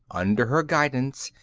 under her guidance,